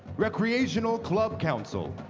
recreational club council,